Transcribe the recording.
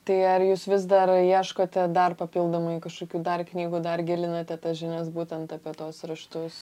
tai ar jūs vis dar ieškote dar papildomai kažkokių dar knygų dar gilinate žinias būtent apie tuos raštus